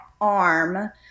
arm